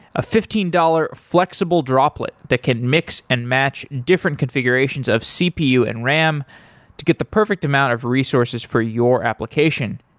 a fifteen dollars flexible droplet that can mix and match different configurations of cpu and ram to get the perfect amount of resources for your application.